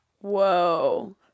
Whoa